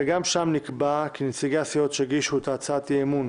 וגם שם נקבע כי נציגי הסיעות שהגישו את הצעות האי-אמון